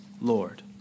Lord